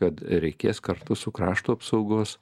kad reikės kartu su krašto apsaugos